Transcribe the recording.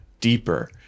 deeper